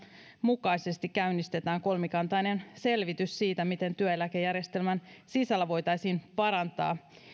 mukaisesti käynnistetään kolmikantainen selvitys siitä miten työeläkejärjestelmän sisällä voitaisiin parantaa